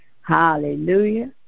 Hallelujah